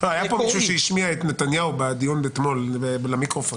היה פה מישהו שהשמיע את נתניהו בדיון אתמול למיקרופון.